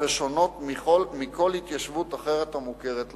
ושונות מכל התיישבות אחרת המוכרת לנו.